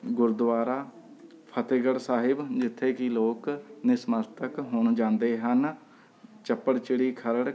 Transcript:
ਗੁਰਦੁਆਰਾ ਫਤਿਹਗੜ੍ਹ ਸਾਹਿਬ ਜਿੱਥੇ ਕਿ ਲੋਕ ਨਤਮਸਤਕ ਹੋਣ ਜਾਂਦੇ ਹਨ ਚੱਪੜ ਚਿੱੜੀ ਖਰੜ